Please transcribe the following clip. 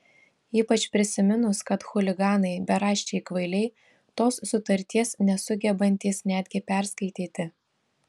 ypač prisiminus kad chuliganai beraščiai kvailiai tos sutarties nesugebantys netgi perskaityti